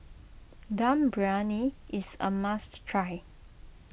Dum Briyani is a must try